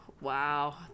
Wow